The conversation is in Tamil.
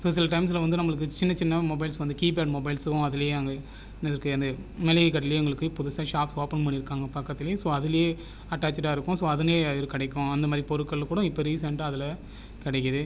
ஸோ சில டைம்ஸில் வந்து நம்மளுக்கு சின்ன சின்ன மொபைல்ஸ் வந்து கீபேடு மொபைல்சும் அதுலேயே அங்கே இருக்குது அந்த மளிகைக் கடையில் எங்களுக்கு புதுசாக ஷாப்ஸ் ஓபன் பண்ணிருக்காங்க பக்கத்துலயே ஸோ அதுலயே அட்டாச்சடா இருக்கும் ஸோ அதுலேயே கிடைக்கும் அந்த மாதிரி பொருட்கள் கூட இப்போ ரீசன்டாக அதில் கிடைக்குது